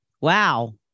wow